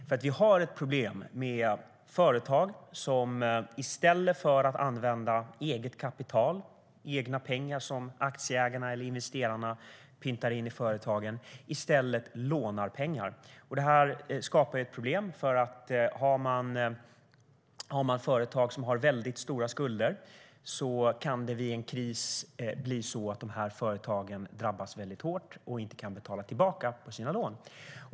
Vi har nämligen ett problem med företag som i stället för att använda eget kapital, egna pengar som aktieägarna eller investerarna pyntar in i företagen, lånar pengar. Detta skapar ett problem. Har man ett företag som har mycket stora skulder kan detta företag vid en kris drabbas mycket hårt och kan inte betala tillbaka på sitt lån.